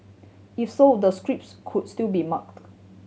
if so the scripts could still be marked